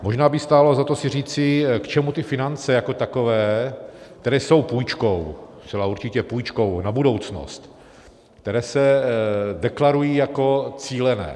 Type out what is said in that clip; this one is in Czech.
Možná by stálo za to si říci, k čemu ty finance jako takové, které jsou půjčkou, zcela určitě půjčkou na budoucnost, které se deklarují jako cílené.